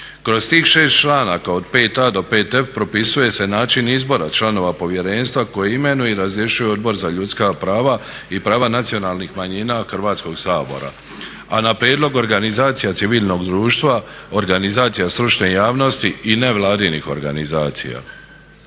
Kroz tih 6 članaka od 5a. do 5f. propisuje se način izbora članova povjerenstva koje imenuje i razrješuje Odbor za ljudska prava i prava nacionalnih manjina Hrvatskog sabora, a na prijedlog organizacija civilnog društva, organizacija stručne javnosti i nevladinih organizacija.